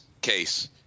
case